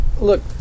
look